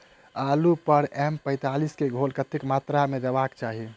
आलु पर एम पैंतालीस केँ घोल कतेक मात्रा मे देबाक चाहि?